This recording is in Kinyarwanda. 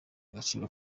agaciro